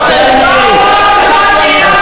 אמרתי.